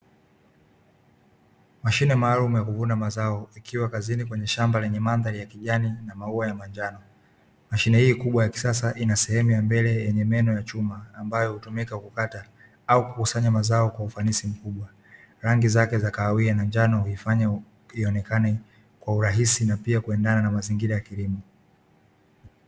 Mashine maalum ya kuvuna mazao ikiwa kazini kwenye shamba lenye mandhari ya kijani, na maua ya manjano mashine hii kubwa ya kisasa ina sehemu ya mbele yenye meno ya chuma ambayo hutumika kukata au kukusanya mazao kwa ufanisi mkubwa, rangi zake zakawia na njano uifanye ionekane kwa urahisi na pia kuendana na mazingira ya kilimo.